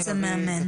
מאמן.